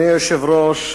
אדוני היושב-ראש,